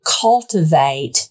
cultivate